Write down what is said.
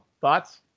thoughts